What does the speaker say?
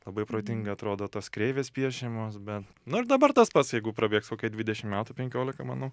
labai protingai atrodo tos kreivės piešiamos bet nu dabar tas pats jeigu prabėgs kokia dvidešim metų penkiolika manau